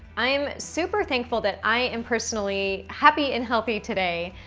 i am super thankful that i am personally happy and healthy today.